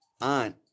on